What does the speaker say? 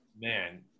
Man